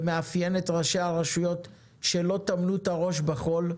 ומאפיין את ראשי הרשויות שלא טמנו את הראש בחול,